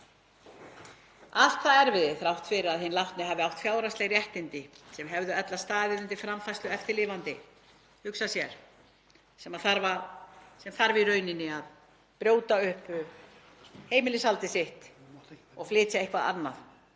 Allt það erfiði þrátt fyrir að hinn látni hafi átt fjárhagsleg réttindi sem hefðu ella staðið undir framfærslu eftirlifenda, að hugsa sér, sem þarf í rauninni að brjóta upp heimilishaldið sitt og flytja eitthvað annað